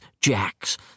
jacks